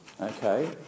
okay